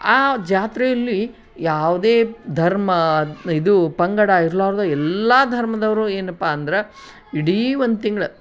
ಆ ಜಾತ್ರೆಯಲ್ಲಿ ಯಾವುದೇ ಧರ್ಮ ಇದು ಪಂಗಡ ಇರ್ಲಾರ್ದೇ ಎಲ್ಲ ಧರ್ಮದವರು ಏನಪ್ಪಾ ಅಂದ್ರೆ ಇಡೀ ಒಂದು ತಿಂಗ್ಳು